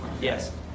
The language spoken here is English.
Yes